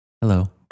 Hello